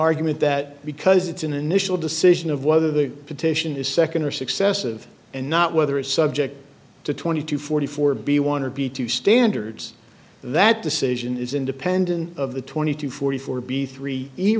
argument that because it's an initial decision of whether the petition is second or successive and not whether it's subject to twenty two forty four b one or b two standards that decision is independent of the twenty to forty four b three